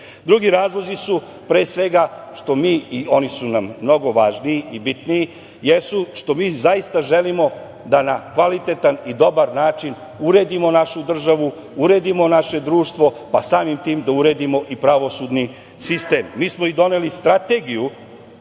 Drugi razlozi su pre svega što mi, i oni su nam mnogo važniji i bitniji jesu što mi zaista želimo da na kvalitetan i dobar način uredimo našu državu, uredimo naše društvo pa samim tim da uredimo i pravosudni sistem. Mi smo i doneli strategiju,